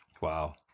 Wow